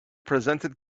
presented